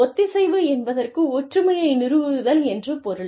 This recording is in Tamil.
ஒத்திசைவு என்பதற்கு ஒற்றுமையை நிறுவுதல் என்று பொருள்